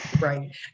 right